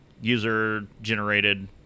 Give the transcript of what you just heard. user-generated